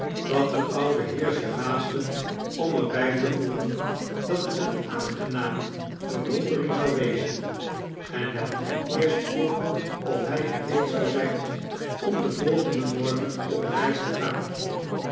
dat de oude heer zich haastte om er bij te voegen dat het eene aangename verwondering zou wezen en hem toen eerst vroeg of hij gereed zou zijn om den volgenden morgen op reis te gaan